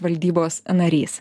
valdybos narys